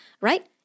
right